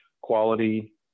quality